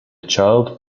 child